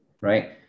right